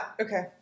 okay